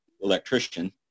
electrician